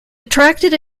attracted